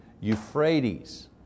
Euphrates